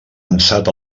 ansat